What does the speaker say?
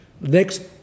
Next